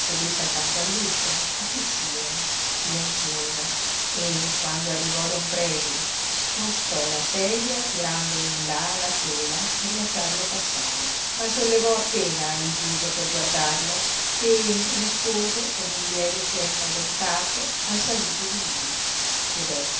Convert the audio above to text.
sedette accanto all'uscio a cucire silenziosa e quando arrivò don predu scostò la sedia tirando in là la tela per lasciarlo passare ma sollevò appena il viso per guardarlo e rispose con un lieve cenno del capo al saluto di lui ed